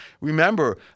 Remember